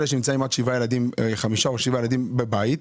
אלה שנמצאים עם חמישה או שבעה ילדים בבית.